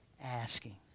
asking